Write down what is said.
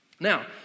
Now